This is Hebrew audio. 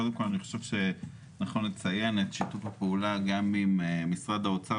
קודם כל אני חושב שנכון לציין את שיתוף הפעולה גם עם משרד האוצר